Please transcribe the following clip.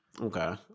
Okay